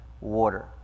water